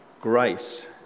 grace